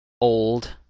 old